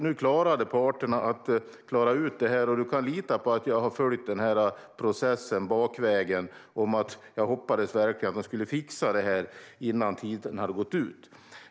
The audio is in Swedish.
Nu klarade parterna ut det, och Mikael Oscarsson kan lita på att jag har följt processen bakvägen och verkligen hoppats att de skulle fixa det innan tiden gick ut.